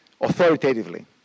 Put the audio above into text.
authoritatively